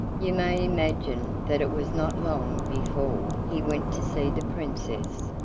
you may imagine that it was not long before he went to see the princess,